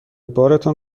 بارتان